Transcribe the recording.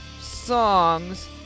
songs